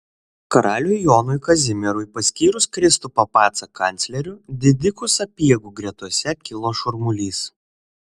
karaliui jonui kazimierui paskyrus kristupą pacą kancleriu didikų sapiegų gretose kilo šurmulys